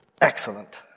Excellent